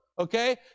okay